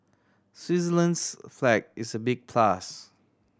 Switzerland's flag is a big plus